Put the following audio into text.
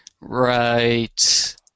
Right